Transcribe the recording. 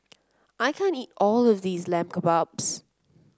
I can't eat all of this Lamb Kebabs